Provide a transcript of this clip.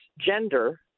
gender